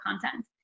content